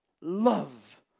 love